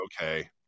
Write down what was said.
okay